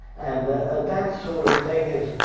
and that sort of thing is,